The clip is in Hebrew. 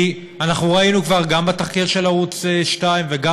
כי אנחנו ראינו כבר גם בתחקיר של ערוץ 2 וגם